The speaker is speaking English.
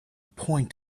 point